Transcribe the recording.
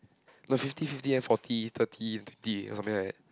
got fifty fifty eh then forty thirty twenty or something like that